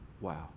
Wow